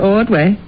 Ordway